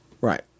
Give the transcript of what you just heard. Right